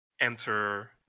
enter